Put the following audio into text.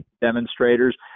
demonstrators